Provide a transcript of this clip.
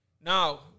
Now